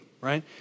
right